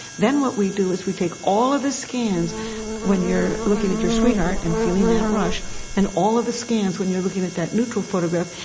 then what we do is we take all of the scans when you're looking at your sweetheart and feeling that rush and all of the scans when you're looking at that neutral photograph,